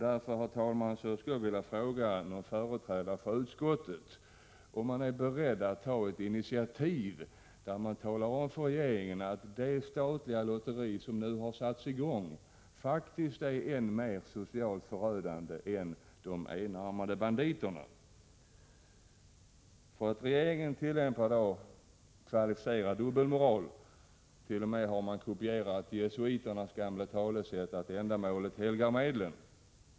Därför, herr talman, skulle jag vilja fråga någon företrädare för utskottet, om man är beredd att ta ett initiativ och tala om för regeringen att det statliga lotteri som nu har satts i gång faktiskt är än mer socialt förödande än de enarmade banditerna. Regeringen ådagalägger här en kvalificerad dubbelmoral. Man hart.o.m. kopierat jesuiternas gamla talesätt att ändamålet helgar medlen.